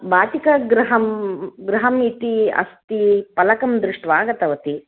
वाटिकागृहं गृहमिति अस्ति फलकं दृष्ट्वा आगतवती